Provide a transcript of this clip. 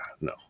no